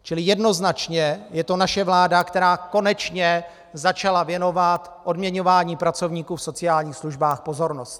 Čili jednoznačně je to naše vláda, která konečně začala věnovat odměňování pracovníků v sociálních službách pozornost.